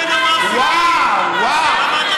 בגלל שהמדינה, למה, וואו, וואו.